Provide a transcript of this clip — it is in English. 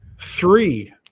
Three